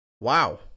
wow